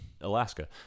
Alaska